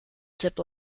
zip